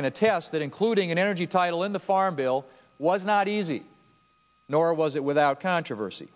can attest that including an energy title in the farm bill was not easy nor was it without controversy